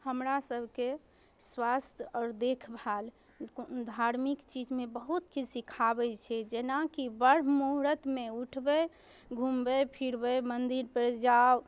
हमरा सबके स्वास्थ आओर देखभाल धार्मिक चीजमे बहुत किछु सीखाबै छै जेनाकि ब्रह्म मुहूर्तमे उठबै घूमबै फिरबै मन्दिरपर जाउ